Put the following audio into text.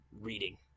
reading